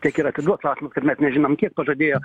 tiek ir atiduos klausimas kad mes nežinom kiek pažadėjo